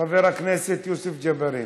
חבר הכנסת יוסף ג'בארין.